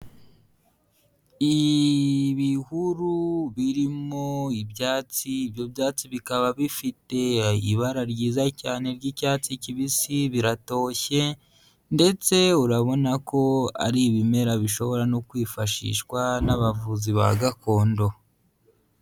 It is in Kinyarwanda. Ibihuru birimo ibyatsi, ibyo byatsi bikaba bifite ibara ryiza cyane ry'icyatsi kibisi, biratoshye, ndetse urabona ko ari ibimera bishobora no kwifashishwa n'abavuzi ba gakondo.